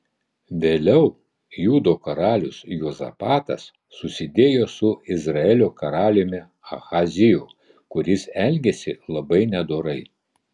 vėliau judo karalius juozapatas susidėjo su izraelio karaliumi ahaziju kuris elgėsi labai nedorai